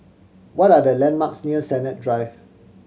what are the landmarks near Sennett Drive